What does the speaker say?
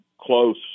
close